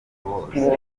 bose